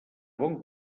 bon